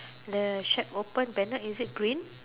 the shirt open banner is it green